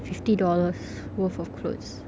fifty dollars worth of clothes